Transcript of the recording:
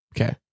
Okay